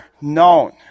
known